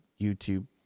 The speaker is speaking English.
YouTube